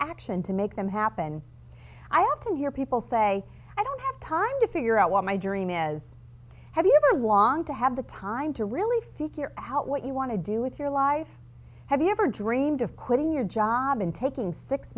action to make them happen i often hear people say i don't have time to figure out what my dream is have you ever long to have the time to really figure out what you want to do with your life have you ever dreamed of quitting your job and taking six